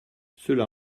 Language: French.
cela